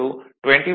B